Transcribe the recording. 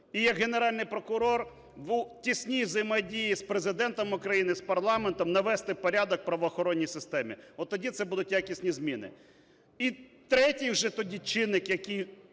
і як Генеральній прокурор в тісній взаємодії з Президентом України, з парламентом навести порядок в правоохоронній системі. Отоді це будуть якісні зміни. І третій вже тоді чинник, який,